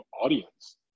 audience